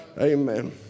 Amen